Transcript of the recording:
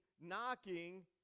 knocking